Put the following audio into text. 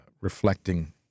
reflecting